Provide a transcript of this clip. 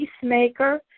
peacemaker